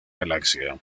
galaxia